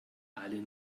alle